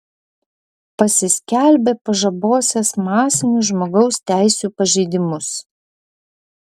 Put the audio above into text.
pasiskelbė pažabosiąs masinius žmogaus teisių pažeidimus